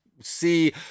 see